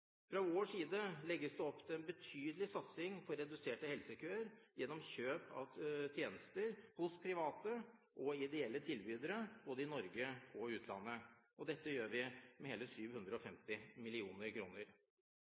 Fra vår side legges det opp til en betydelig satsing på reduserte helsekøer gjennom kjøp av tjenester hos private og ideelle tilbydere i både Norge og utlandet. Dette gjør vi med hele